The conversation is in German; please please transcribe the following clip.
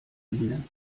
ihnen